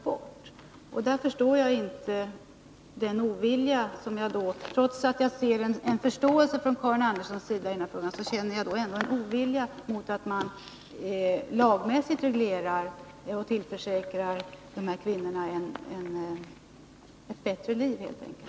Därför förstår jag inte oviljan — trots att jag hos Karin Andersson ser en förståelse i denna fråga — mot att i lag reglera frågorna och tillförsäkra dessa kvinnor ett bättre liv helt enkelt.